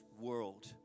world